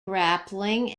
grappling